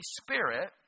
Spirit